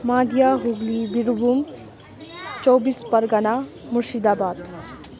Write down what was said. मध्य हुगली बिरभूम चौबिस परगना मुर्सिदाबाद